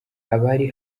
abari